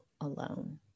alone